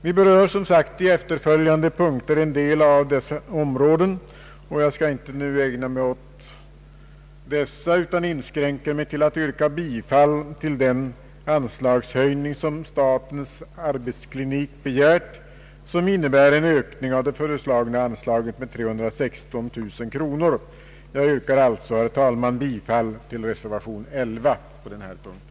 Vi berör, som sagt, i efterföljande punkter en del av dessa områden, och jag skall inte nu ägna mig åt dessa utan inskränka mig till att yrka bifall till den anslagshöjning som statens arbetsklinik begär, vilket innebär en ökning av Kungl. Maj:ts förslag med 316 000 kronor. Jag yrkar alltså, herr talman, bifall till reservationen på den här punkten.